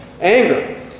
Anger